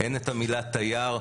אין את המילה "תייר".